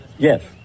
Yes